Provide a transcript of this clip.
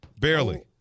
Barely